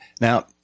now